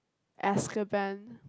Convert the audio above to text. Azkaban